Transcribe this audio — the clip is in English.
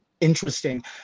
interesting